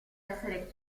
essere